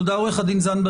תודה לך, עורך הדין זנדברג.